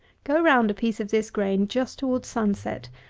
go round a piece of this grain just towards sunset,